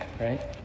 right